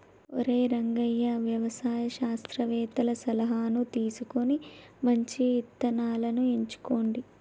ఒరై రంగయ్య వ్యవసాయ శాస్త్రవేతల సలహాను తీసుకొని మంచి ఇత్తనాలను ఎంచుకోండి